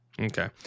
Okay